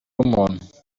w’umuntu